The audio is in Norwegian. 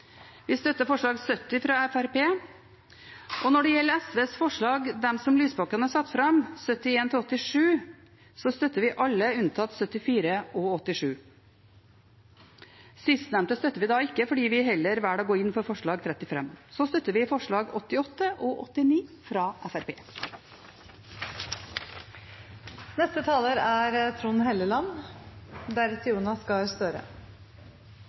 Vi støtter forslag nr. 70, fra Fremskrittspartiet. Når det gjelder SVs forslag som Lysbakken har satt fram, forslagene nr. 71–87, støtter vi alle unntatt forslagene nr. 74 og 87. Sistnevnte støtter vi ikke fordi vi heller velger å gå inn for forslag nr. 35. Så støtter vi forslagene nr. 88 og 89, fra